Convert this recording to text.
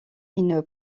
une